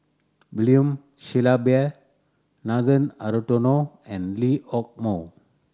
William Shellabear Nathan Hartono and Lee Hock Moh